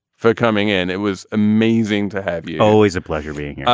for coming in. it was amazing to have you. always a pleasure being.